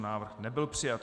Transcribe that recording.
Návrh nebyl přijat.